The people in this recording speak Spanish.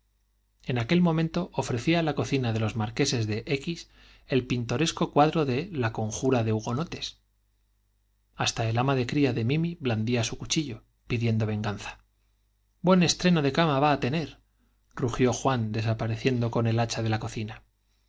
en aquel momento ofrecía la cocina de los mar queses de x el pintoresco cuadro de la conjura ele hasta el ama de cría de mimi blandía su cuchillo pidiendo venganza j buen estreno de cama va á tener rugió juan desapareciendo con el hacha de la cocina